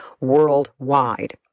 worldwide